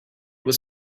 was